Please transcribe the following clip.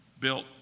built